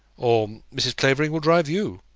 or mrs. clavering will drive you,